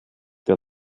der